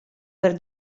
per